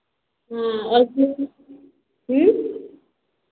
और फिर